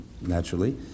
naturally